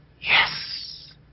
yes